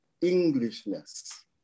Englishness